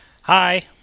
Hi